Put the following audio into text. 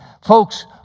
Folks